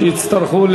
שיצטרכו,